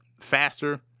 faster